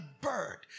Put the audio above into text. bird